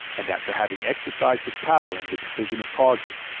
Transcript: and after having exercised his power in the decision of causes,